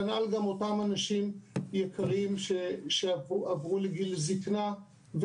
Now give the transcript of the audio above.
כנ"ל אותם אנשים יקרים שעברו לגיל זקנה,